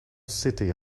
city